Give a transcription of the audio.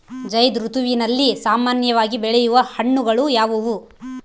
ಝೈಧ್ ಋತುವಿನಲ್ಲಿ ಸಾಮಾನ್ಯವಾಗಿ ಬೆಳೆಯುವ ಹಣ್ಣುಗಳು ಯಾವುವು?